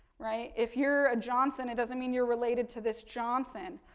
right, if you're a johnson it' doesn't mean you're related to this johnson.